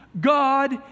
God